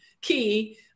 key